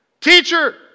Teacher